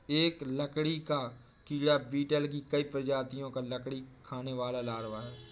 एक लकड़ी का कीड़ा बीटल की कई प्रजातियों का लकड़ी खाने वाला लार्वा है